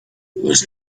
was